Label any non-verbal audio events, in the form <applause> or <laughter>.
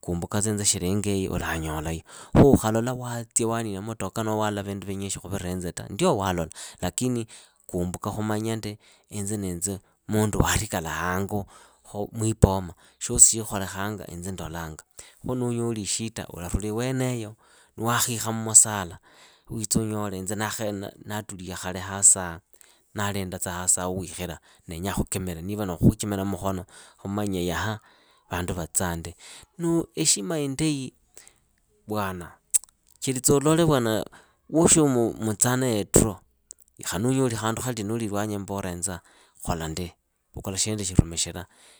kumbukatsa inze shili ingoiyi ulanyolayo. Khu ukhalola watsia wanina mutoka noho walola vindu vinyishi khuvira inze ta, ndio walola lakini kumbuka khumanya inze nee warikala hango mwipoma, khu shosi shiikholekhanga inze ndolanga. Khu nunyoli ishita ularula iweneyo niwakhikha musala witse unyole inze ndatulia khale hasiaha, ndalindatsa hasiaha hawikhile ndenya khuchimire niva nikhuchimira mukhono khumanye yaha vandu vatsaa ndi. <hesitation> heshima indahi, vwana chelitsa ulole vwana woosho <hesitation> mustaa naye draw. Khali nuunyoli khandu khati nuuli ilwanyi umbole henza kholandi, vukula shinduishi rumikhila